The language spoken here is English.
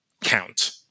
count